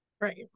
Right